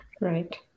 right